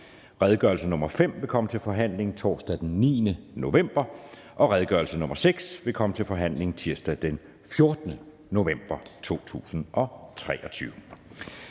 Redegørelse nr. R 5 vil komme til forhandling torsdag den 9. november 2023. Redegørelse nr. R 6 vil komme til forhandling tirsdag den 14. november 2023.